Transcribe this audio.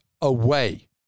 away